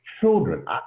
children